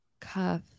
Cuff